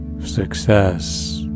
success